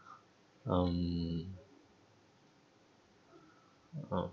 um